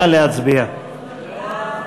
מי נמנע?